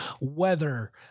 weather